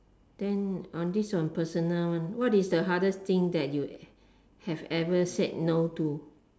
then uh this a personal one what is the hardest thing that you have ever said no to